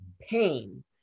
pain